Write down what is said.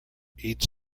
each